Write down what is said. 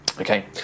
Okay